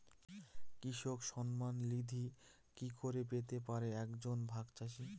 কৃষক সন্মান নিধি কি করে পেতে পারে এক জন ভাগ চাষি?